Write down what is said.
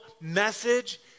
message